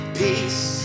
peace